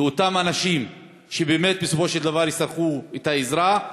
לאותם אנשים שבאמת בסופו של דבר יצטרכו את העזרה,